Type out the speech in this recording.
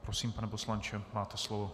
Prosím, pane poslanče, máte slovo.